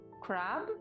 Crab